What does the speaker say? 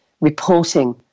reporting